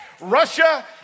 Russia